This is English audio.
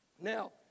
Now